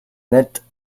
nettes